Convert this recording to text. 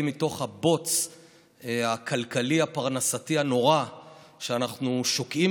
מתוך הבוץ הכלכלי והפרנסתי הנורא שאנחנו שוקעים